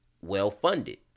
well-funded